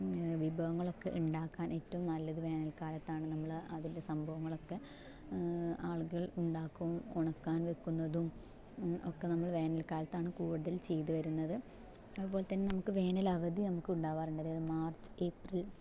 വിഭവങ്ങളൊക്കെ ഉണ്ടാക്കാൻ ഏറ്റവും നല്ലത് വേനൽക്കാലത്താണ് നമ്മള് അതിലെ സംഭവങ്ങളൊക്കെ ആളുകൾ ഉണ്ടാക്കും ഉണക്കാൻ വെക്കുന്നതും ഒക്കെ നമ്മൾ വേനൽക്കാലത്താണ് കൂടുതൽ ചെയ്തു വരുന്നത് അതുപോലെ തന്നെ നമുക്ക് വേനൽ അവധി നമുക്കുണ്ടാവാറുണ്ട് അതായത് മാർച്ച് ഏപ്രിൽ